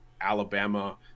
Alabama